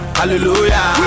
hallelujah